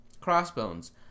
crossbones